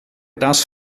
das